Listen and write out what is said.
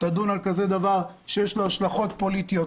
תדון על כזה דבר שיש לו השלכות פוליטיות,